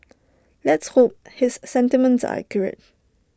let's hope his sentiments are accurate